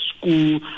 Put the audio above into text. school